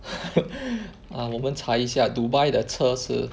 ah 我们查一下 Dubai 的车是